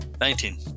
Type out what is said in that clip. Nineteen